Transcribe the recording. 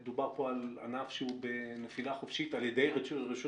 דובר פה על ענף שהוא בנפילה חופשית על ידי רשות